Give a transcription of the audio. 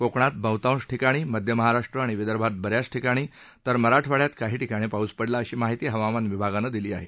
कोकणात बहतांश ठिकाणी मध्य महाराष्ट्र आणि विदर्भात बऱ्याच ठिकाणी तर मराठवाड्यात काही ठिकाणी पाऊस पडला अशी माहिती हवामान विभागानं दिली आहे